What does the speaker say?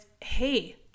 hey